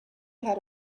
had